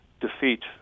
defeat